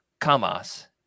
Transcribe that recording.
Kamas